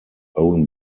own